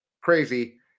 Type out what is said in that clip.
crazy